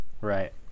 right